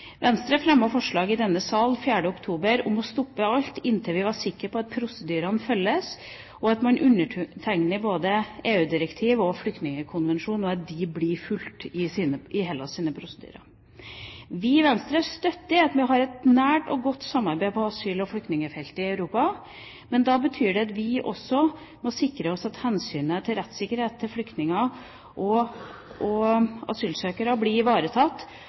Venstre fremmet forslag i denne sal 4. oktober om å stoppe alt inntil vi er sikre på at prosedyrene følges, og at man undertegner både EU-direktiv og flyktningkonvensjon slik at dette blir fulgt i Hellas' prosedyrer. Vi i Venstre støtter at vi har et nært og godt samarbeid på asyl- og flyktningfeltet i Europa, men da betyr det at vi også må sikre oss at rettssikkerheten til flyktninger og asylsøkere blir ivaretatt,